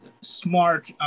smart